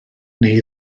neu